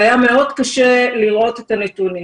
היה מאוד קשה לראות את הנתונים.